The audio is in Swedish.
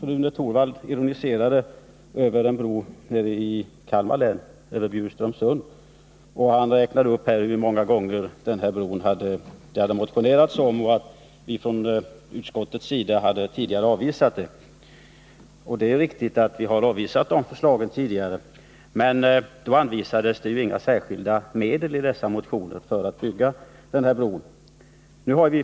Rune Torwald ironiserade över vårt förslag om en bro vid Bjursundsström i Kalmar län. Han räknade upp hur många gånger det hade motionerats om den här bron och sade att utskottet tidigare hade avstyrkt kraven. Det är riktigt att vi har avstyrkt de här förslagen, men motionerna innehöll ju inte 129 några förslag om att särskilda medel skulle anvisas för att bygga bron.